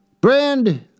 Brand